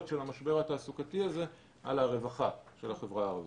של המשבר התעסוקתי הזה על הרווחה של החברה הערבית.